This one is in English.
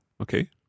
Okay